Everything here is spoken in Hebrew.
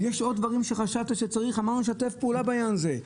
יש עוד דברים שחשבת שצריך אמרנו שנשתף פעולה בעניין הזה.